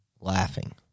laughing